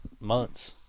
months